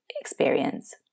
experience